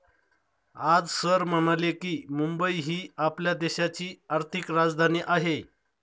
आज सर म्हणाले की, मुंबई ही आपल्या देशाची आर्थिक राजधानी आहे